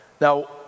Now